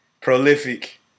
prolific